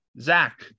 Zach